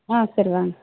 ஆ சரி வாங்க